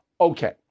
Okay